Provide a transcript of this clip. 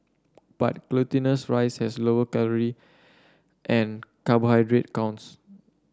but glutinous rice has lower calorie and carbohydrate counts